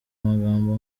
amagambo